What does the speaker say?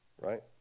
right